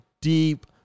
deep